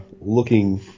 looking